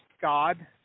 God